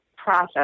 process